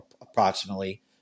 approximately